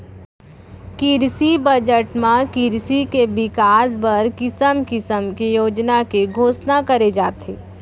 किरसी बजट म किरसी के बिकास बर किसम किसम के योजना के घोसना करे जाथे